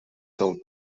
sell